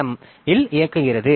M இல் இயங்குகிறது